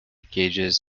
gauges